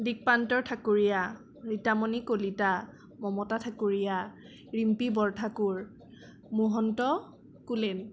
দিকপান্তৰ Thakuria Ritamoni Kalita Mamata Thakuria Rimpi Borthakur Mahanta Kulen